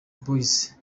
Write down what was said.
boys